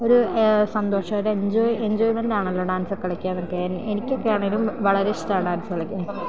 ഒരു സന്തോഷം ഒരു എഞ്ചോയ് എഞ്ചോയ്മെൻ്റാണല്ലോ ഡാൻസ് കളിക്കാനൊക്കെ എനിക്കൊക്കെയാണെങ്കിലും വളരെ ഇഷ്ടമാണ് ഡാൻസ് കളിക്കാൻ